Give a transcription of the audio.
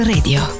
Radio